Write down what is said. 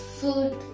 Food